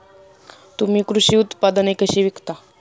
तुम्ही कृषी उत्पादने कशी विकता?